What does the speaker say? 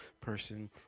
person